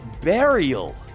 burial